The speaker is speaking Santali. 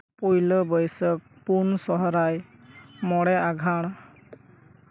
ᱯᱳᱭᱞᱳ ᱵᱟᱹᱭᱥᱟᱭᱠᱷ ᱯᱩᱱ ᱥᱚᱨᱦᱟᱭ ᱢᱚᱬᱮ ᱟᱸᱜᱷᱟᱲ